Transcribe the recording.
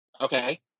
Okay